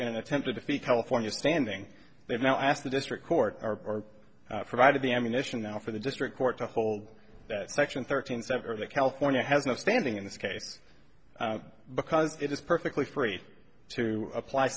in an attempt to defeat california standing they've now asked the district court are provided the ammunition now for the district court to hold that section thirteen sever that california has no standing in this case because it is perfectly free to apply